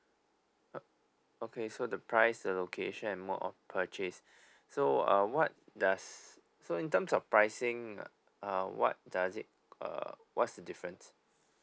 uh okay so the price the location and mode of purchase so uh what does so in terms of pricing uh what does it uh what's the difference